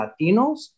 Latinos